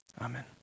Amen